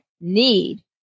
need